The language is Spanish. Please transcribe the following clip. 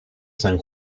san